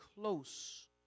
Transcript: close